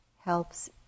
helps